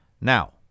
Now